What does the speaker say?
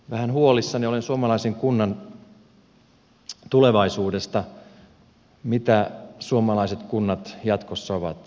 vähän huolissani olen suomalaisen kunnan tulevaisuudesta mitä suomalaiset kunnat jatkossa ovat